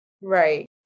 Right